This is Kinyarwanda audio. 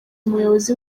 umuyobozi